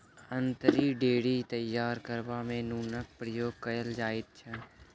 अंतरी डोरी तैयार करबा मे नूनक प्रयोग कयल जाइत छै